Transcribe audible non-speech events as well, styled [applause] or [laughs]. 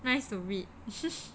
nice to read [laughs]